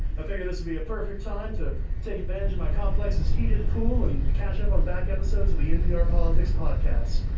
i figured this would be a perfect time to take advantage of my complex's heated pool and catch up on back episodes of the npr politics podcast.